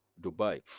Dubai